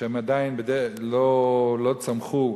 שעדיין לא צמחו,